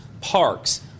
parks